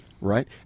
right